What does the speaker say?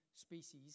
species